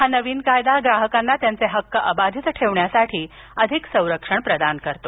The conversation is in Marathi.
हा नवीन कायदा ग्राहकांना त्यांचे हक्क अबाधित ठेवण्यासाठी अधिक संरक्षण प्रदान करतो